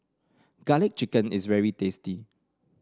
garlic chicken is very tasty